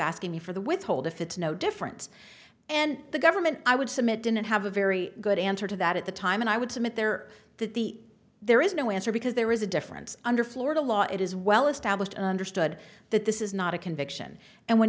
asking you for the withhold if it's no different and the government i would submit didn't have a very good answer to that at the time and i would submit there that the there is no answer because there is a difference under florida law it is well established understood that this is not a conviction and when